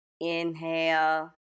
inhale